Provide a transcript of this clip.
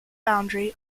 boundary